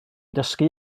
dysgu